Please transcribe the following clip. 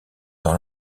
dans